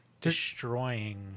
destroying